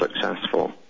successful